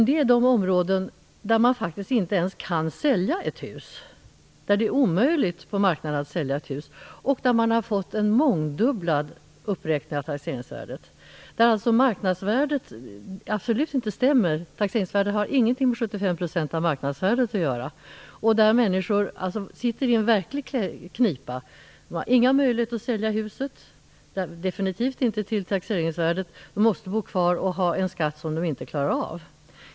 Det är de områden där man faktiskt inte ens kan sälja ett hus, dvs. där det är omöjligt att sälja ett hus på marknaden, och där man fått en mångdubblad uppräkning av taxeringsvärdet. Marknadsvärdet stämmer absolut inte. Taxeringsvärdet har ingenting med 75 % av marknadsvärdet att göra. Människor sitter i en verklig knipa. De har inga möjligheter att sälja huset, och definitivt inte till taxeringsvärdet. De måste bo kvar och betala en skatt som de inte klarar av.